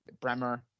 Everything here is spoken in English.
Bremer